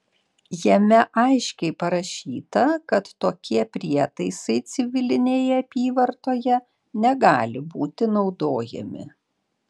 jame aiškiai parašyta kad tokie prietaisai civilinėje apyvartoje negali būti naudojami